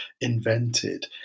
invented